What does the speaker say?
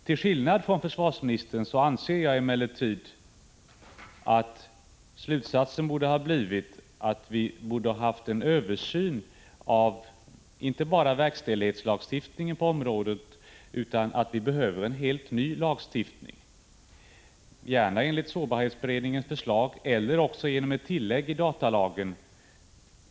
Till skillnad från försvarsministern anser jag emellertid att slutsatsen borde ha blivit inte bara att det skulle göras en översyn av verkställighetslagstiftningen på området utan att det också behövs en helt ny lagstiftning, gärna enligt sårbarhetsberedningens förslag eller genom ett tillägg i datalagen.